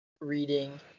reading